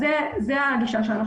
זו הגישה שלנו.